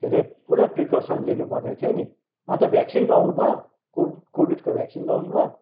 के अरे पुरा प्रिकर्सन लिनुपर्ने थियो नि अन्त भ्याक्सिन लगाउनुभयो को कोभिडको भ्याक्सिन लगाउनुभयो